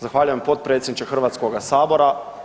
Zahvaljujem potpredsjedniče Hrvatskoga sabora.